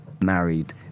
Married